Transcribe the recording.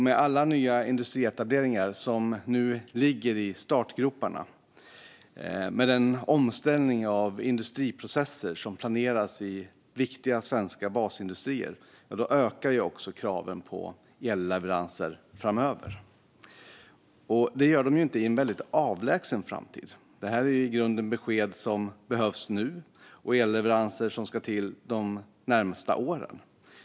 Med alla nya industrietableringar som nu ligger i startgroparna, med den omställning av industriprocesser som planeras i viktiga svenska basindustrier, ökar också kraven på elleveranser framöver. Det är inte fråga om en avlägsen framtid, utan det här är i grunden besked som behövs nu och elleveranser som ska till de närmaste åren.